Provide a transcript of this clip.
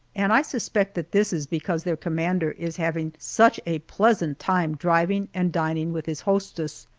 and i suspect that this is because their commander is having such a pleasant time driving and dining with his hostess,